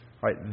Right